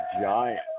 giant